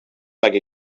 like